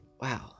wow